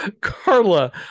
Carla